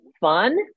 fun